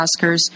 Oscars